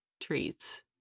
treats